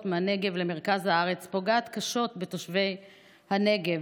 מהנגב למרכז הארץ פוגעת קשות בתושבי הנגב,